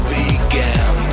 began